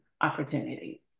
opportunities